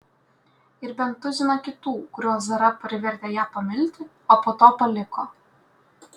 ir bent tuziną kitų kuriuos zara privertė ją pamilti o po to paliko